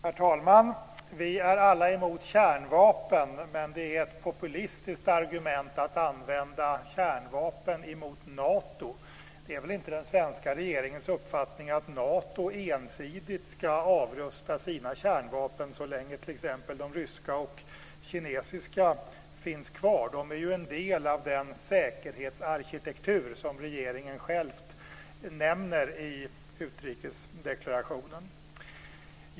Herr talman! Vi är alla emot kärnvapen, men det är populistiskt att använda kärnvapenargumentet mot Nato. Det är väl inte den svenska regeringens uppfattning att Nato ensidigt ska avrusta vad gäller dess kärnvapen så länge som t.ex. de ryska och kinesiska kärnvapnen finns kvar. De är ju en del av den säkerhetsarkitektur som regeringen själv nämner i utrikesdeklarationen.